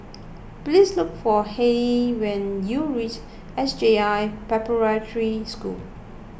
please look for Hayley when you reach S J I Preparatory School